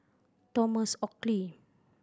Thomas Oxley